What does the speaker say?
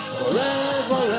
forever